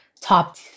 top